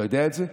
אתה יודע את זה?